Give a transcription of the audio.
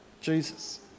Jesus